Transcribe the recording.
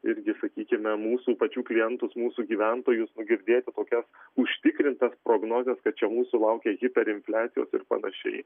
irgi sakykime mūsų pačių klientus mūsų gyventojus girdėti tokias užtikrintas prognozes kad čia mūsų laukia hiperinfliacijos ir panašiai